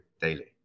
daily